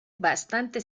bastante